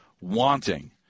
wanting